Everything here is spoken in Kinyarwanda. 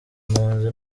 impunzi